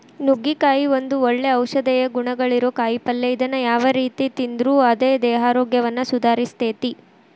ನುಗ್ಗಿಕಾಯಿ ಒಂದು ಒಳ್ಳೆ ಔಷಧೇಯ ಗುಣಗಳಿರೋ ಕಾಯಿಪಲ್ಲೆ ಇದನ್ನ ಯಾವ ರೇತಿ ತಿಂದ್ರು ಅದು ದೇಹಾರೋಗ್ಯವನ್ನ ಸುಧಾರಸ್ತೆತಿ